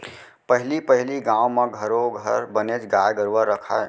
पहली पहिली गाँव म घरो घर बनेच गाय गरूवा राखयँ